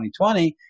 2020